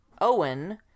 Owen